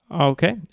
Okay